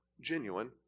genuine